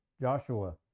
joshua